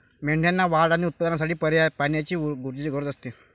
मेंढ्यांना वाढ आणि उत्पादनासाठी पाण्याची ऊर्जेची गरज असते